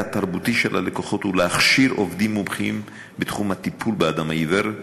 התרבותי של הלקוחות ולהכשיר עובדים מומחים בתחום הטיפול באדם העיוור,